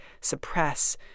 suppress